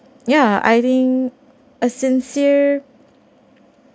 ya I think a sincere